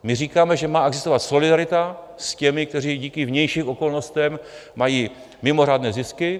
My říkáme, že má existovat solidarita s těmi, kteří díky vnějším okolnostem mají mimořádné zisky.